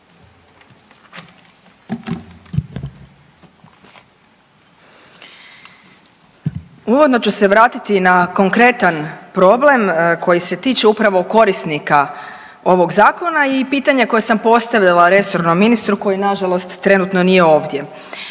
Uvodno ću se vratiti na kompletan problem koji se tiče upravo korisnika ovog zakona i pitanje koje sam postavila resornom ministru koji nažalost trenutno nije ovdje.